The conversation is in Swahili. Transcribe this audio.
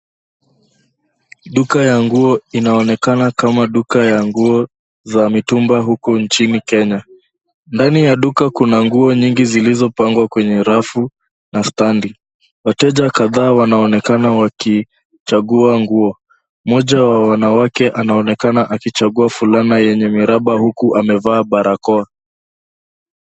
Duka ya nguo inaonekana kama duka ya nguo za mitumba huku nchini Kenya. Ndani ya duka kuna nguo nyingi zilizopangwa kwenye rafu na standi, wateja kadhaa wanaonekana wakichagu nguo. Moja wa wanawake anaonekana aki chagua fulana yenye miraba huku amevaa barakoa.